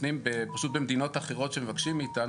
במדינות אחרות שמבקשים מאיתנו,